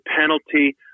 penalty